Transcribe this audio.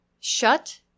shut